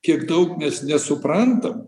kiek daug nes nesuprantam